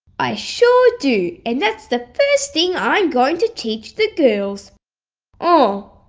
i sure do and that's the first thing i'm going to teach the girls oh,